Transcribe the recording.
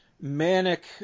manic